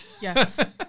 Yes